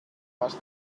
must